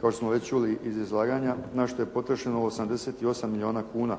kao što smo već čuli iz izlaganja na što je potrošeno 88 milijuna kuna.